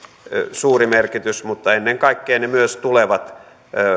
suuri merkitys mutta ennen kaikkea ne myös